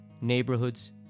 Neighborhoods